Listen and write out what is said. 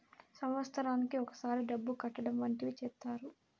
సంవత్సరానికి ఒకసారి డబ్బు కట్టడం వంటివి చేత్తారు